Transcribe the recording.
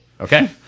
Okay